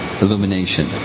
illumination